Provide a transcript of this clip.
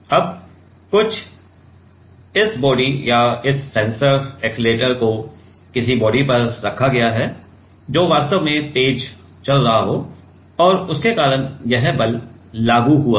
अब कुछ इस बॉडी या इस सेंसर एक्सेलरेटर को किसी बॉडी पर रखा गया है जो वास्तव में तेज चल रहा हो और उसके कारण यह बल लागू हुआ है